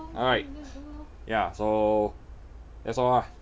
alright ya so that's all ah